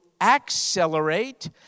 accelerate